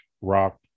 Rock